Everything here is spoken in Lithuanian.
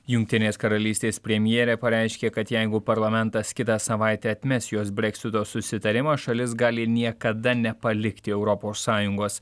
jungtinės karalystės premjerė pareiškė kad jeigu parlamentas kitą savaitę atmes jos breksito susitarimą šalis gali niekada nepalikti europos sąjungos